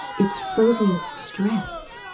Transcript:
it's frozen stress.